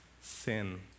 sin